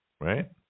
Right